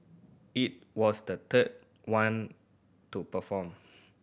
it was the third one to perform